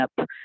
up